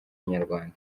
inyarwanda